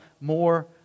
more